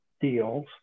deals